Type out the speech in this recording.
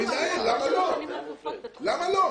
הוא מנהל, למה לא?